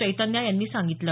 चैतन्या यांनी सांगितलं